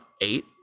eight